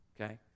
Okay